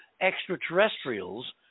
extraterrestrials